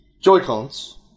Joy-Cons